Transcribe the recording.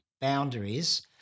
boundaries